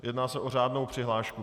Jedná se o řádnou přihlášku.